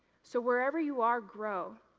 so wherever you are, grow,